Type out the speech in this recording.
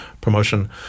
promotion